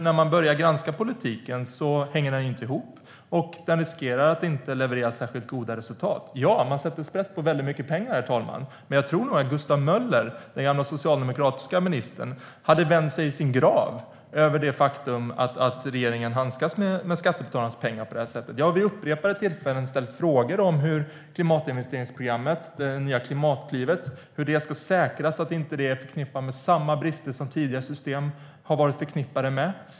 När man börjar granska politiken ser man att den inte hänger ihop, och den riskerar att inte leverera särskilt goda resultat. Ja, man sätter sprätt på väldigt mycket pengar, herr talman. Men jag tror nog att Gustav Möller, den gamla socialdemokratiska ministern, hade vänt sig i sin grav över det faktum att regeringen handskas med skattebetalarnas pengar på det här sättet. Jag har vid upprepade tillfällen ställt frågor om hur man ska säkra att klimatinvesteringsprogrammet, det nya Klimatklivet, inte behäftas med samma brister som tidigare system har varit behäftade med.